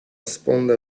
sponda